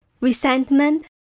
resentment